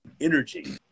energy